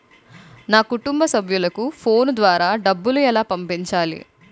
నా కుటుంబ సభ్యులకు ఫోన్ ద్వారా డబ్బులు ఎలా పంపించాలి?